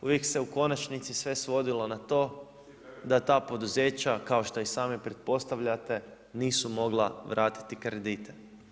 Uvijek se u konačnici sve svodilo na to da ta poduzeća kao što i sami pretpostavljate nisu mogla vratiti kredite.